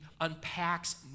unpacks